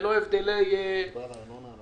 ללא הבדלי גישות,